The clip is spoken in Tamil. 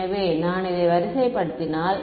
எனவே நான் இதை வரிசைப்படுத்தினால்